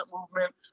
movement